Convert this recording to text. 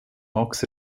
max